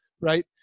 right